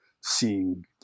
seeing